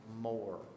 more